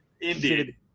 Indeed